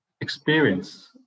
experience